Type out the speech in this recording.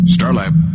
Starlab